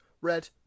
red